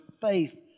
faith